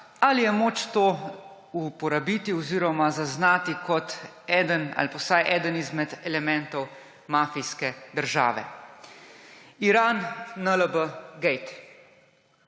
ali je moč to uporabiti oziroma zaznati kot vsaj eden izmed elementov mafijske države. IranNLBgate.